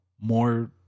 more